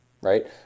right